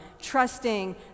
trusting